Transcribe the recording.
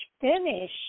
finish